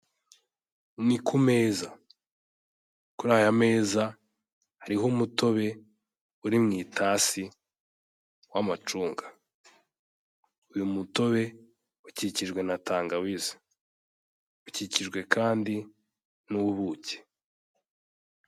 Ni ku meza, kuri aya meza hariho umutobe uri mu itasi w'amacunga, uyu mutobe ukikijwe na tangawiz,e ukikijwe kandi n'ubuki.